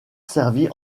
servit